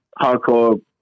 Hardcore